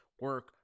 Work